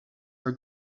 are